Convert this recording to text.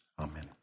Amen